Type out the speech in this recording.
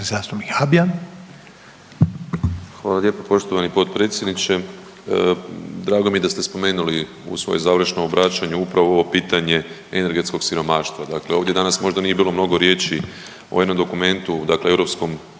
Hvala lijepo poštovani potpredsjedniče. Drago mi je da ste spomenuli u svom završnom obraćanju upravo ovo pitanje energetskog siromaštva. Dakle, ovdje danas možda nije bilo mnogo riječi o jednom dokumentu, dakle Europskom